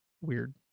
weird